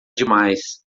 demais